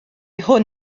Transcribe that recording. hwn